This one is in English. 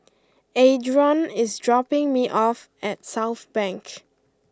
Adron is dropping me off at Southbank